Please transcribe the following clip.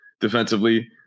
defensively